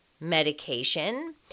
medication